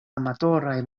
amatoraj